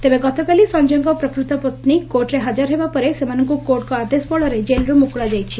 ତେବେ ଗତକାଲି ସଂଜୟଙ୍କ ପ୍ରକୃତ ପତ୍ନୀ କୋର୍ଟରେ ହାଜର ହେବା ପରେ ସେମାନଙ୍କୁ କୋର୍ଟଙ୍କ ଆଦେଶ ବଳରେ ଜେଲ୍ରୁ ମୁକୁଳା ଯାଇଛି